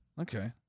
Okay